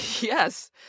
yes